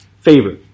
favor